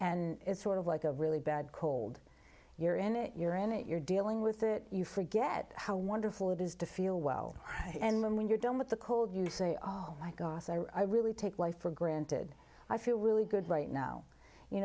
and it's sort of like a really bad cold you're in it you're in it you're dealing with it you forget how wonderful it is to feel well and when you're done with the cold you say all i got i really take life for granted i feel really good right now you